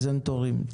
כפרזנטורים.